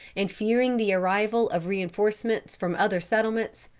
and fearing the arrival of reinforcements from other settlements,